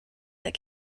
that